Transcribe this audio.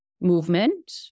movement